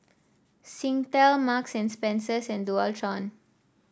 Singtel Marks and Spencer and Dualtron